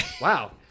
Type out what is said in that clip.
wow